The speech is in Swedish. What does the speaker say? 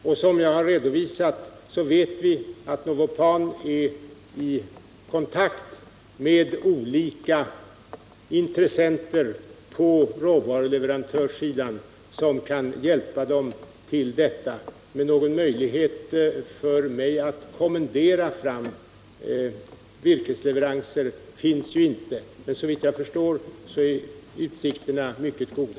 Såsom jag har redovisat vet vi att Novopan är i kontakt med olika intressenter på råvaruleverantörssidan, som kan hjälpa dem, men det finns inte någon möjlighet för mig att kommendera fram virkesleveranser. Såvitt jag förstår är utsikterna också mycket goda.